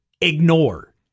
ignore